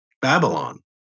Babylon